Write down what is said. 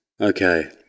Okay